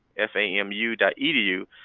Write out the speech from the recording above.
f a m u dot edu.